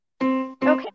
Okay